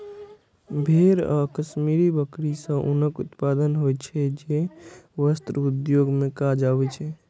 भेड़ आ कश्मीरी बकरी सं ऊनक उत्पादन होइ छै, जे वस्त्र उद्योग मे काज आबै छै